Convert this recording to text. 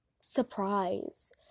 surprise